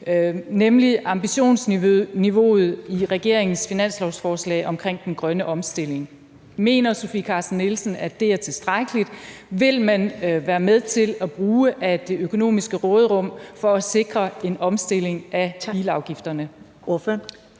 nemlig ambitionsniveauet i regeringens finanslovsforslag omkring den grønne omstilling. Mener Sofie Carsten Nielsen, at det er tilstrækkeligt? Vil man være med til at bruge af det økonomiske råderum for at sikre en omstilling af bilafgifterne?